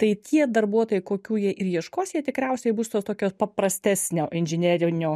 tai tie darbuotojai kokių jie ir ieškos jie tikriausiai bus to tokio paprastesnio inžinerinio